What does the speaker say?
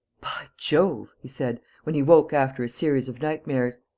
by jove! he said, when he woke after a series of nightmares.